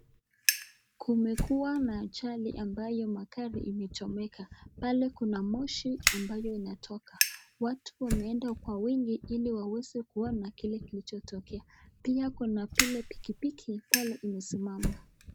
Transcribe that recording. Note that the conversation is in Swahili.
Kumekuwa na ajali ambayo magari imechomeka. Pale kuna moshi ambayo inatoka. Watu wameenda kwa wingi ili waweze kuona kile kilichotokea. Pia kuna kile pikipiki pale imesimama.